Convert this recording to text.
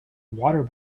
water